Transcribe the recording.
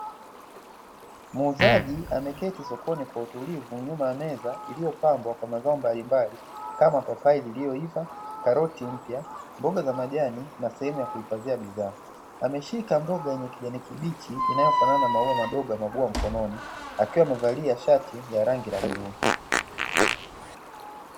Muuzaji ameketi sokoni kwa utulivu, nyuma meza iliyopambwa kwa mazao mbalimbali, kama: papai lililoiva, karoti mpya, mboga za majani na sehemu ya kuhifadhia bidhaa. Ameshika mboga yenye kijani kibichi inayofanana na maua madogo ya maua mkononi, akiwa amevalia shati ya rangi ya bluu.